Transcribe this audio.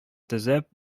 төзәп